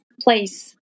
place